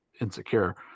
insecure